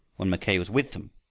when mackay was with them,